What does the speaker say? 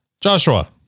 Joshua